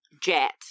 jet